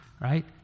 right